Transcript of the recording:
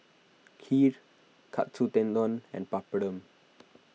Kheer Katsu Tendon and Papadum